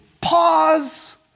pause